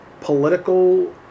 political